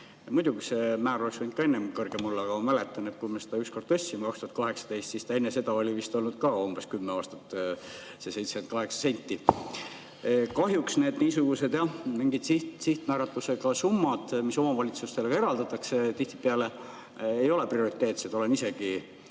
Muidugi, see määr oleks võinud ka enne kõrgem olla, aga ma mäletan, et kui me seda tõstsime 2018, siis see enne seda oli vist olnud umbes kümme aastat 78 senti. Kahjuks niisugused sihtmääratlusega summad, mis omavalitsustele eraldatakse, tihtipeale ei ole prioriteetsed. Olen isegi